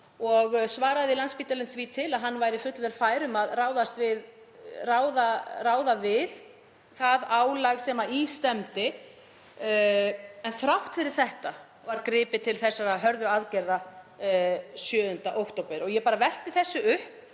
þá. Svaraði Landspítalinn því til að hann væri fullvel fær um að ráða við það álag sem í stefndi. En þrátt fyrir þetta var gripið til þessara hörðu aðgerða 7. október. Ég velti þessu upp